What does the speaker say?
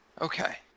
Okay